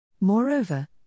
Moreover